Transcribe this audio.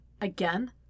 Again